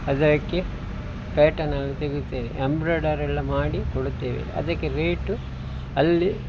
ಅದಕ್ಕೆ ಪ್ಯಾಟನನ್ನು ತೆಗೆಯುತ್ತೇನೆ ಎಂಬ್ರಾಡರೆಲ್ಲ ಮಾಡಿಕೊಡುತ್ತೇವೆ ಅದಕ್ಕೆ ರೇಟು ಅಲ್ಲಿ